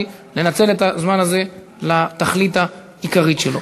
לנצל את הזמן הזה לתכלית העיקרית שלו.